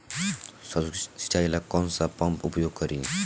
सरसो के सिंचाई ला कौन सा पंप उपयोग करी?